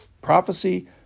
prophecy